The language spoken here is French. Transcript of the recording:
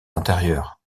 intérieurs